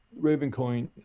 Ravencoin